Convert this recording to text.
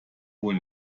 wohl